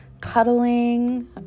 cuddling